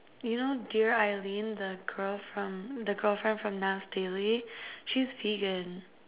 you know dear eileen the girl from the girlfriend from Nas daily she's vegan